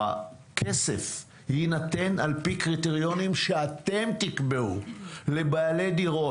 הכסף יינתן על פי קריטריונים שאתם תקבעו לבעלי דירות.